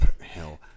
hell